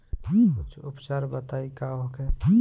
कुछ उपचार बताई का होखे?